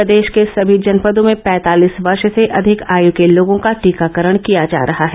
प्रदेश के सभी जनपदों में पैंतालीस वर्ष से अधिक आयु के लोगों का टीकाकरण किया जा रहा है